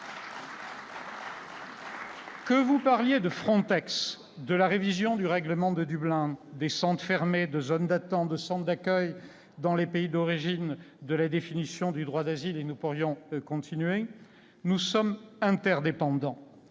Que l'on parle de FRONTEX, de la révision du règlement de Dublin, des centres fermés, de zones d'attentes de centres d'accueil dans les pays d'origine, de la définition du droit d'asile- nous pourrions continuer la liste -, nous sommes interdépendants.